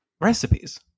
recipes